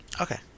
okay